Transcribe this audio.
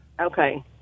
okay